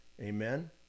amen